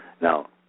Now